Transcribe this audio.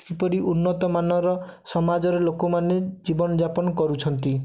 କିପରି ଉନ୍ନତମାନର ସମାଜର ଲୋକମାନେ ଜୀବନଯାପନ କରୁଛନ୍ତି